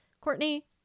Courtney